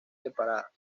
separadas